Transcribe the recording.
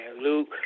Luke